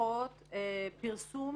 פרסום